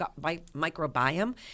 microbiome